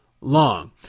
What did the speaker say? long